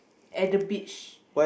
at the beach